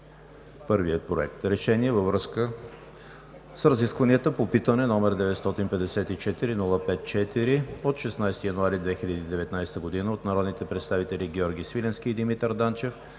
Първият: „Проект! РЕШЕНИЕ във връзка с разискванията по питане, № 954-05-4 от 16 януари 2019 г. от народните представители Георги Свиленски и Димитър Данчев